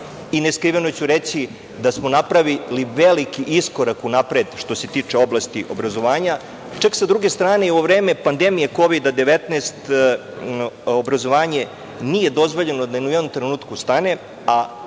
Neskriveno ću reći da smo napravili veliki iskorak unapred što se tiče oblasti obrazovanja. Čak, sa druge strane, u vreme pandemije Kovid-19 obrazovanje nije dozvoljeno da ni u jednom trenutku stane,